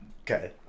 Okay